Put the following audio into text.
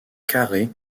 carrée